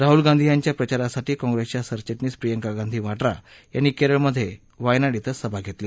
राहुल गांधी यांच्या प्रचारासाठी काँग्रेसच्या सरविटणीस प्रियंका गांधी वाड्रा यांनी केरळमधे वायनाड इथं सभा घेतली